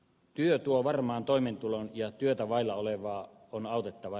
työ tuo varman toimeentulon ja työtä vailla oleva on autettava